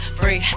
free